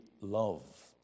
love